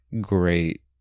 great